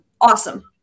awesome